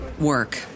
work